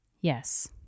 Yes